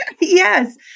Yes